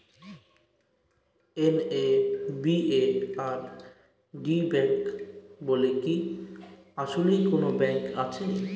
NABARD bank বলে কি আসলেই কোনো ব্যাংক আছে?